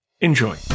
Enjoy